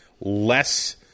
less